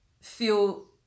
feel